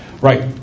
Right